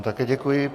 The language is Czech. Také děkuji.